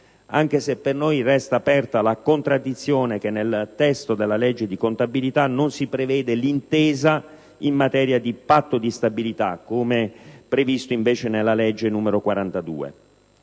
modo, per noi resta aperta una contraddizione, in quanto nel testo della legge di contabilità non si prevede l'intesa in materia di Patto di stabilità, come previsto invece nella legge 5 maggio